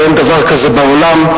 אין דבר כזה בעולם,